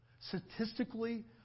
statistically